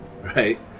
right